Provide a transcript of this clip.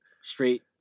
Straight